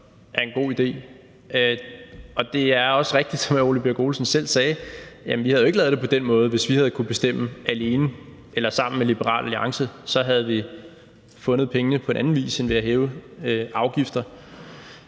som er en god idé, og det er også rigtigt, som hr. Ole Birk Olesen selv sagde, at vi ikke havde lavet det på den måde, hvis vi havde kunnet bestemme alene eller sammen med Liberal Alliance. Så havde vi fundet pengene på anden vis end ved at hæve afgifter.